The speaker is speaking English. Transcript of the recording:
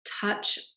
touch